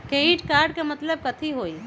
Credit card के मतलब कथी होई?